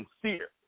sincere